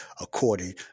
according